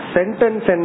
Sentence